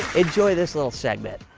enjoy this little segment.